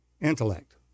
intellect